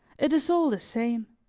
it is all the same.